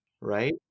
right